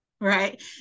right